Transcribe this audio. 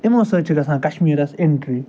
یِمو سۭتۍ چھِ گژھان کشمیٖرس اٮ۪نٛٹرٛی